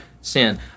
sin